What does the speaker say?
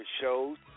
shows